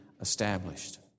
established